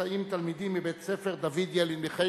נמצאים תלמידים מבית-הספר "דוד ילין" מחיפה.